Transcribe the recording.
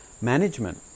management